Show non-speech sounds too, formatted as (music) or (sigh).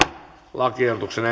lakiehdotuksen (unintelligible)